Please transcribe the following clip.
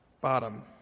bottom